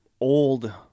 old